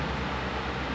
true true